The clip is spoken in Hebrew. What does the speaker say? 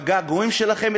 בגעגועים שלכם,